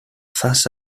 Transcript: face